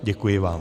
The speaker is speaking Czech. Děkuji vám.